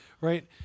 Right